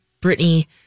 Brittany